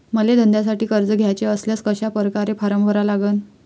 मले धंद्यासाठी कर्ज घ्याचे असल्यास कशा परकारे फारम भरा लागन?